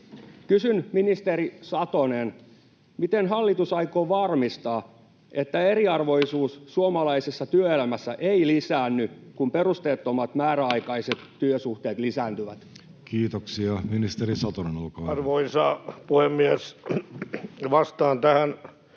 Kysyn, ministeri Satonen: miten hallitus aikoo varmistaa, että eriarvoisuus suomalaisessa työelämässä ei lisäänny, kun perusteettomat määräaikaiset työsuhteet lisääntyvät? Kiitoksia. — Ministeri Satonen, olkaa hyvä. Arvoisa puhemies! Vastaan tähän